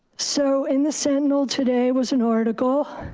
so in the sentinel today was an article,